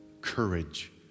courage